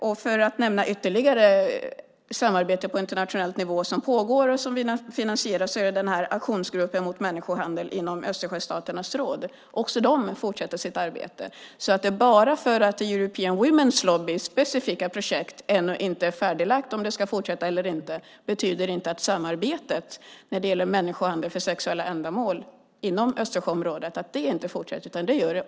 Jag kan nämna ytterligare ett samarbete på internationell nivå som pågår och som vi finansierar. Det är aktionsgruppen mot människohandel inom Östersjöstaternas råd. Också det fortsätter sitt arbete. Bara för att det ännu inte är klarlagt om European Women's Lobby specifika projekt ska fortsätta eller inte betyder det inte att samarbetet när det gäller människohandel för sexuella ändamål inom Östersjöområdet inte fortsätter. Det gör det.